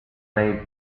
nei